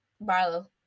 Barlow